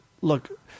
look